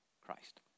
Christ